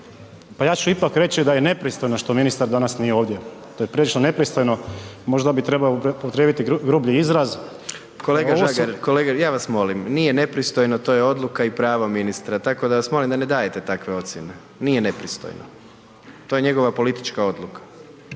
pa ja ću ipak reći da je nepristojno što ministar danas nije ovdje, to je prilično nepristojno, možda bih trebao upotrijebiti grublji izraz. **Jandroković, Gordan (HDZ)** Kolega Žagar, kolega ja vas molim nije nepristojno to je odluka i pravo ministra tako da vas molim da ne dajete takve ocjene, nije nepristojno to je njegova politička odluka.